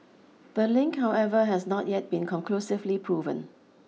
the link however has not yet been conclusively proven